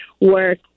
work